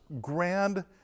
grand